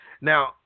Now